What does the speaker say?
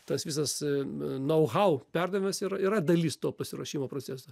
tas visas nau hau perdavimas yra yra dalis to pasiruošimo proceso